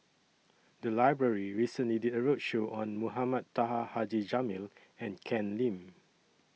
The Library recently did A roadshow on Mohamed Taha Haji Jamil and Ken Lim